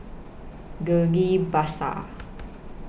Ghillie BaSan